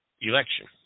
election